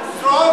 זו עוד,